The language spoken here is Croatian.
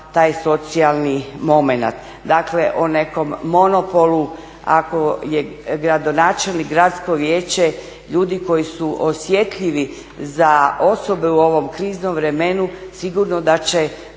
o nekom monopolu ako je gradonačelnik, gradsko vijeće, ljudi koji su osjetljivi za osobe u ovom kriznom vremenu sigurno da će